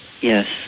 Yes